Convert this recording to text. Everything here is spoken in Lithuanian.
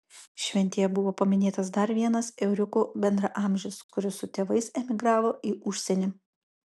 šventėje buvo paminėtas dar vienas euriukų bendraamžis kuris su tėvais emigravo į užsienį